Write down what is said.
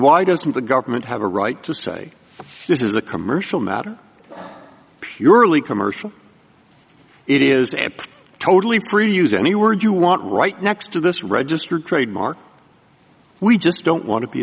why doesn't the government have a right to say this is a commercial matter purely commercial it is a totally free to use any word you want right next to this registered trademark we just don't want to be